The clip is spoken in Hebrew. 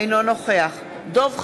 אינו נוכח דב חנין,